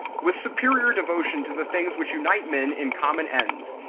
with superior devotion to the things which unite men in common ends,